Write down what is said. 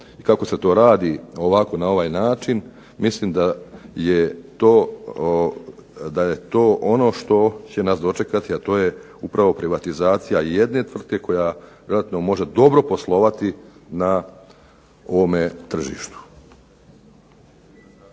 i kako se to radi na ovaj način, mislim da je to ono što će nas dočekati, a to je upravo privatizacija jedne tvrtke koja relativno može dobro poslovati na ovome tržištu.